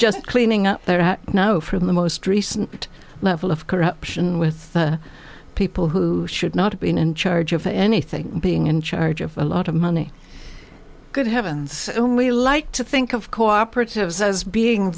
just cleaning up their act now from the most recent level of corruption with people who should not have been in charge of anything being in charge of a lot of money good heavens we like to think of cooperatives as being